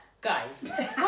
Guys